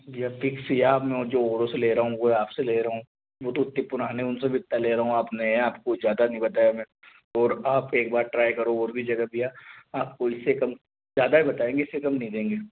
यह फिक्स या अपने जो औरों से ले रहा हूँ वो आपसे ले रहा हूँ वो तो उतने पुराने हैं उनसे भी इतना ले रहा हूँ आप नए हैं आपको ज़्यादा नहीं बताया मैं और आप एक बार ट्राई करो और भी जगह भैया आपको इससे कम ज़्यादा ही बताएंगे इससे कम नहीं देंगे